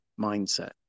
mindset